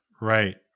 right